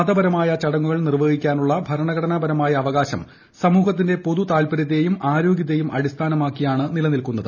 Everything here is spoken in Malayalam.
മതപരമായ ചടങ്ങുകൾ നിർവ്വഹിക്കാനുള്ള ഭരണഘടനാപരമായ അവകാശം സമൂഹത്തിന്റെ പൊതുതാൽപ്പര്യത്തെയും ആരോഗ്യത്തെയും അടിസ്ഥാനമാക്കിയാണ് നിലനിൽക്കുന്നത്